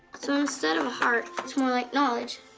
so instead of a heart, it's more like knowledge.